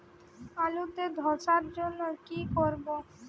আলুতে ধসার জন্য কি করব?